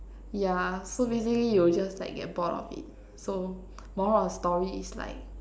yeah so basically you'll just like get bored of it so moral of the story is like